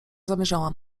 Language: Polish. zamierzałam